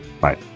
Bye